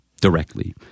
directly